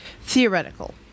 theoretical